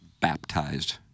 baptized